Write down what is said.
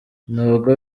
nubwo